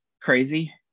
crazy